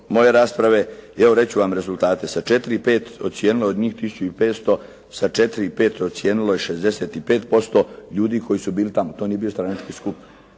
moje rasprave i evo reći ću vam rezultate. Sa 4 i 5, ocijenilo je od njih 1500 sa 4 i 5 ocijenilo je 65%, ljudi koji su bili tamo, to nije bio stranački skup.